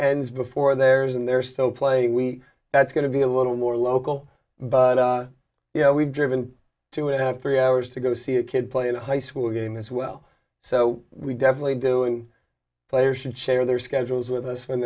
ends before there's and they're still playing we that's going to be a little more local but you know we've driven two and three hours to go see a kid play in a high school game as well so we definitely doing players should share their schedules with us